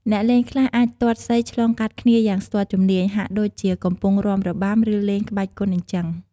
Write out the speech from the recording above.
អ្នកលេងខ្លះអាចទាត់សីឆ្លងកាត់គ្នាយ៉ាងស្ទាត់ជំនាញ ហាក់ដូចជាកំពុងរាំរបាំ ឬលេងក្បាច់គុនអីចឹង។